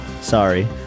Sorry